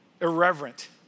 irreverent